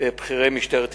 ובכירי משטרת ישראל,